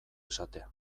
esatea